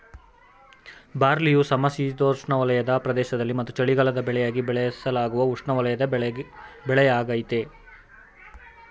ಬಾರ್ಲಿಯು ಸಮಶೀತೋಷ್ಣವಲಯದ ಪ್ರದೇಶದಲ್ಲಿ ಮತ್ತು ಚಳಿಗಾಲದ ಬೆಳೆಯಾಗಿ ಬೆಳೆಸಲಾಗುವ ಉಷ್ಣವಲಯದ ಬೆಳೆಯಾಗಯ್ತೆ